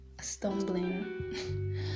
stumbling